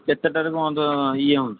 କେତେଟାରେ ବନ୍ଦ୍ ଇଏ ହେଉଛି